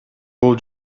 бул